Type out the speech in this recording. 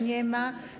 Nie ma.